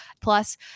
Plus